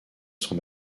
son